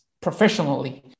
professionally